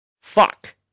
fuck